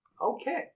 Okay